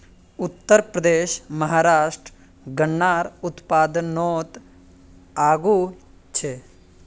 उत्तरप्रदेश, महाराष्ट्र गन्नार उत्पादनोत आगू छे